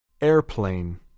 Airplane